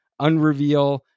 unreveal